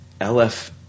LF